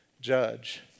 judge